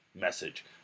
message